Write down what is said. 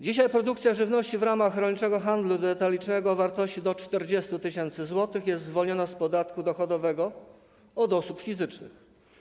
Dzisiaj produkcja żywności w ramach rolniczego handlu detalicznego o wartości do 40 tys. zł jest zwolniona z podatku dochodowego od osób fizycznych.